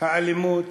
האלימות,